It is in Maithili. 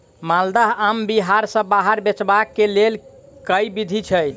माल्दह आम बिहार सऽ बाहर बेचबाक केँ लेल केँ विधि छैय?